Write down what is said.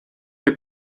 your